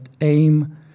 aim